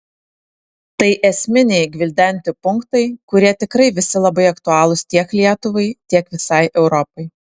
tai esminiai gvildenti punktai kurie tikrai visi labai aktualūs tiek lietuvai tiek visai europai